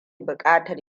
bukatar